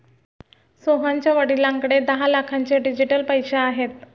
सोहनच्या वडिलांकडे दहा लाखांचे डिजिटल पैसे आहेत